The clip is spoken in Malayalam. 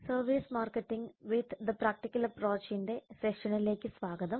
service marketing with the practical അപ്രോച്ചിന്റെ സെഷനിലേക്ക് സ്വാഗതം